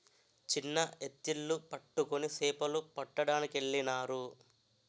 చిన్న ఎత్తిళ్లు పట్టుకొని సేపలు పట్టడానికెళ్ళినారు